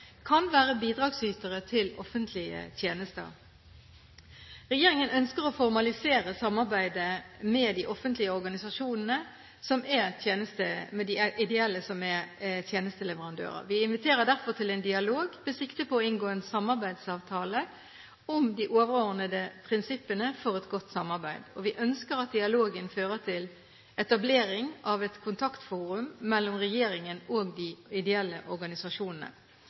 kan være bidragsytere til offentlige tjenester. Regjeringen ønsker å formalisere samarbeidet med de ideelle organisasjonene som er tjenesteleverandører. Vi inviterer derfor til en dialog med sikte på å inngå en samarbeidsavtale om de overordnede prinsippene for et godt samarbeid. Vi ønsker at dialogen skal føre til etablering av et kontaktforum mellom regjeringen og de ideelle organisasjonene.